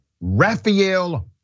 Raphael